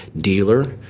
dealer